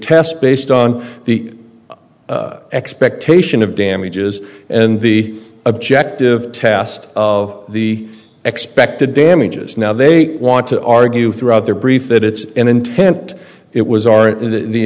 test based on the expectation of damages and the objective test of the expected damages now they want to argue throughout their brief that its intent it was